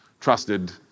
Trusted